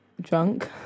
drunk